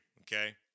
Okay